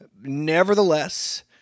Nevertheless